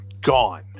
Gone